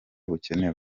bukenewe